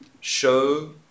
show